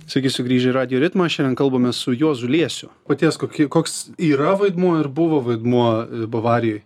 sveiki sugrįžę į radijo ritmą šiandien kalbame su juozu liesiu paties koki koks yra vaidmuo ir buvo vaidmuo bavarijoj